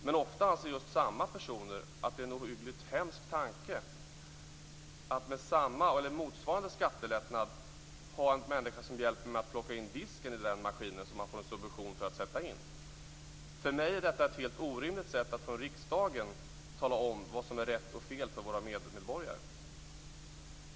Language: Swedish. Men ofta anser samma personer att det är en ohyggligt hemsk tanke att med samma eller med en motsvarande skattelättnad ha någon som hjälper till med att plocka in disken i den maskin som man får en subvention för att sätta in. För mig är detta ett helt orimligt sätt att från riksdagen för våra medborgare tala om vad som är rätt och fel.